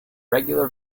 regular